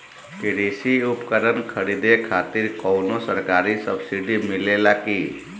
कृषी उपकरण खरीदे खातिर कउनो सरकारी सब्सीडी मिलेला की?